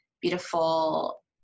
beautiful